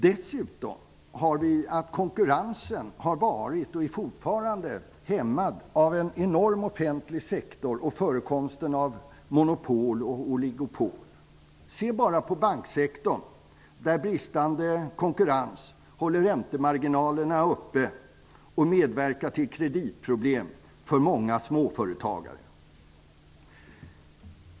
Dessutom har konkurrensen varit -- och är fortfarande -- hämmad av en enorm offentlig sektor och av förekomsten av monopol och oligopol. Se bara på banksektorn! Där håller bristande konkurrens räntemarginalerna uppe och medverkar till kreditproblem för många småföretagare.